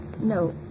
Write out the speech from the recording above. No